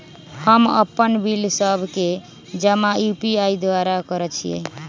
हम अप्पन बिल सभ के जमा यू.पी.आई द्वारा करइ छी